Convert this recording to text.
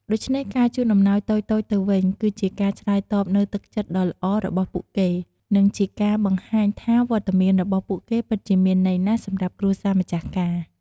ដូច្នេះ ការជូនអំណោយតូចៗទៅវិញ គឺជាការឆ្លើយតបនូវទឹកចិត្តដ៏ល្អរបស់ពួកគេ និងជាការបង្ហាញថាវត្តមានរបស់ពួកគេពិតជាមានន័យណាស់សម្រាប់គ្រួសារម្ចាស់ការ។